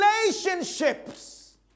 relationships